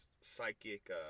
psychic